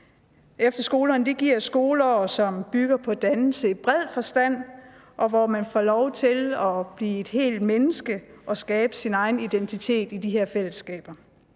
Efterskolerne giver et skoleår, som bygger på dannelse i bred forstand, hvor man får lov til at blive et helt menneske og skabe sin egen identitet i de her fællesskaber.